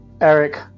Eric